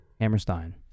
Hammerstein